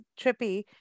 trippy